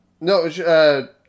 No